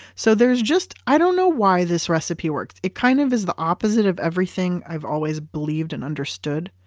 so there's just. i don't know why this recipe works. it kind of is the opposite of everything i've always believed and understood,